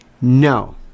No